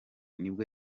nibwo